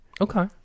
okay